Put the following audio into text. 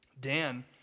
Dan